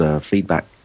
feedback